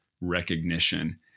recognition